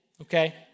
Okay